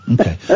Okay